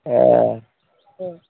हां ह